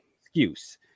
excuse